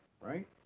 Right